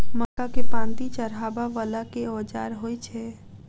मक्का केँ पांति चढ़ाबा वला केँ औजार होइ छैय?